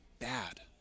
bad